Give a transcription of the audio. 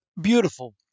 beautiful